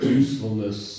usefulness